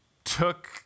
took